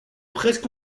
presque